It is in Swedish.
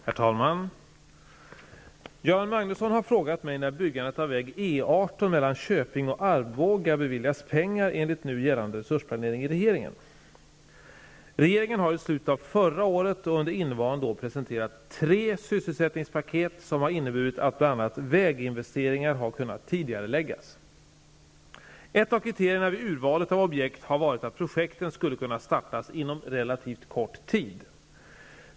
Herr talman! Göran Magnusson har frågat mig när byggandet av väg E 18 mellan Köping och Arboga beviljas pengar enligt nu gällande resursplanering i regeringen. Regeringen har i slutet av förra året och under innevarande år presenterat tre sysselsättningspaket som har innebuit att bl.a. väginvesteringar har kunnat tidigareläggas. Ett av kriterierna vid urvalet av objekt har varit att projekten skulle kunna startas inom relativt kort tid.